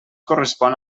correspon